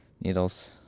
needles